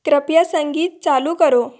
कृपया संगीत चालू करो